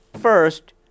first